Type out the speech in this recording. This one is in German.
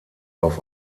auf